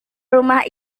rumah